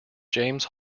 james